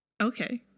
Okay